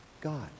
God